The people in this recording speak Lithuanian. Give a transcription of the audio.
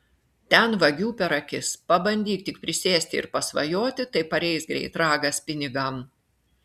ten vagių per akis pabandyk tik prisėsti ir pasvajoti tai pareis greit ragas pinigam